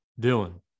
Dylan